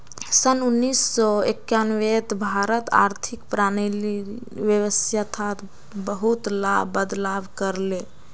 सन उन्नीस सौ एक्यानवेत भारत आर्थिक प्रणालीर व्यवस्थात बहुतला बदलाव कर ले